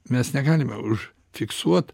mes negalime už fiksuot